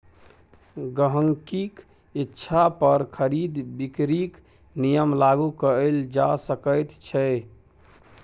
गहिंकीक इच्छा पर खरीद बिकरीक नियम लागू कएल जा सकैत छै